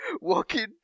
walking